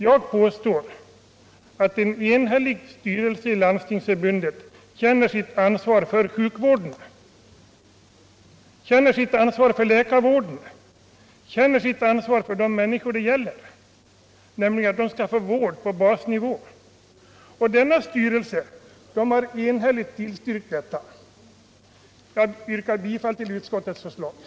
= Individuell taxe Jag påstår att Landstingsförbundets styrelse känner sitt ansvar för sjuk — bindning för vissa vården, för läkarvården och för att de människor det gäller skall få vård — privatpraktiserande på basnivå. Denna styrelse har enhälligt tillstyrkt detta förslag. läkare Jag yrkar bifall till utskottets hemställan.